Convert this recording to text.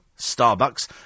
Starbucks